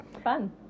fun